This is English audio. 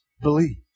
Believe